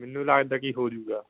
ਮੈਨੂੰ ਲੱਗਦਾ ਕਿ ਹੋ ਜਾਊਗਾ